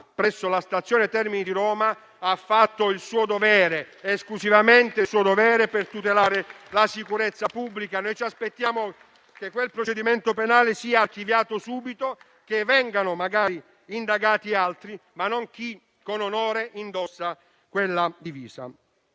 presso la stazione Termini di Roma, ha fatto esclusivamente il suo dovere per tutelare la sicurezza pubblica. Noi ci aspettiamo che quel procedimento penale sia archiviato subito, che vengano indagati altri, ma non chi con onore indossa quella divisa.